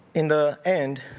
in the end,